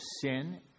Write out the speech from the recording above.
sin